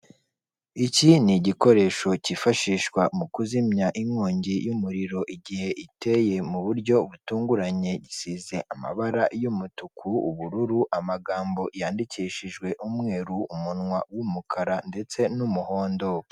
Iki ni igikoresho cyifashishwa mu kuzimya inkongi y'umuriro igihe iteye mu buryo butunguranye, gisize amabara y'umutuku, ubururu amagambo yandikishijwe umweru, umunwa w'umukara ndetse n'umuhondo.